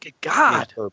god